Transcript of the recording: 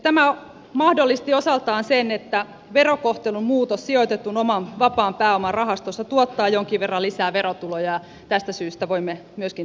tämä mahdollisti osaltaan sen että verokohtelun muutos sijoitetun oman vapaan pääoman rahastosta tuottaa jonkin verran lisää verotuloja ja tästä syystä voimme myöskin tällaisen päätöksen tehdä